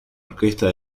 orquesta